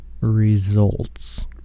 results